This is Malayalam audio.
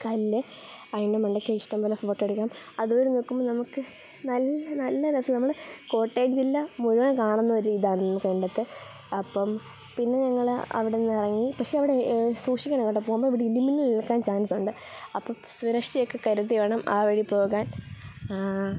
കല്ല് അതിൻ്റെ മണ്ടയ്ക്ക് ഇഷ്ടം പോലെ ഫോട്ടോ എടുക്കാം അത് വഴി നോക്കുമ്പോൾ നമുക്ക് നല്ല നല്ല രസം നമ്മൾ കോട്ടയം ജില്ല മുഴുവൻ കാണുന്ന ഒരു ഇതായിരുന്നു മണ്ടയ്ക്ക് അപ്പം പിന്നെ ഞങ്ങൾ അവിടുന്ന് ഇറങ്ങി പക്ഷേ അവിടെ സൂക്ഷിക്കണം കേട്ടോ പോവുമ്പോൾ ഇവിടെ ഇടിമിന്നൽ ഏൽക്കാൻ ചാൻസ് ഉണ്ട് അപ്പോൾ സുരക്ഷയോക്കെ കരുതി വേണം ആ വഴി പോകാൻ